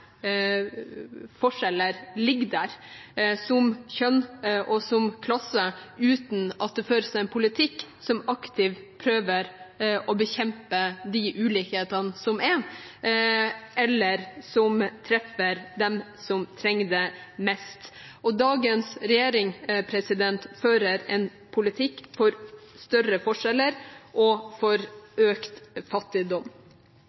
forskjeller ligger der, som kjønn og klasse, uten at det føres en politikk som aktivt prøver å bekjempe de ulikhetene som er, eller som treffer dem som trenger det mest. Dagens regjering fører en politikk for større forskjeller og for økt fattigdom.